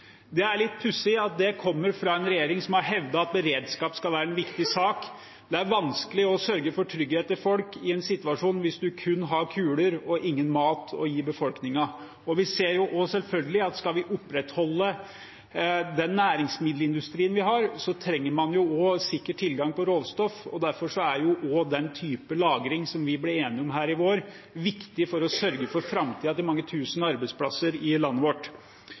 Det er litt pussig at det kommer fra en regjering som har hevdet at beredskap skal være en viktig sak. Det er vanskelig å sørge for trygghet for folk i en situasjon hvis man kun har kuler og ingen mat å gi befolkningen. Vi ser selvfølgelig også at skal vi opprettholde den næringsmiddelindustrien vi har, trenger vi sikker tilgang på råstoff. Derfor er den type lagring som vi ble enige om her i vår, viktig for å sørge for framtiden for mange tusen arbeidsplasser i landet vårt.